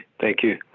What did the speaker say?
thank you.